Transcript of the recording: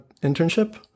internship